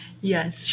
yes